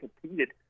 competed